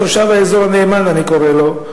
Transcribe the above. תושב האזור הנאמן, אני קורא לו.